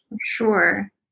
Sure